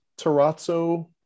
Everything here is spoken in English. terrazzo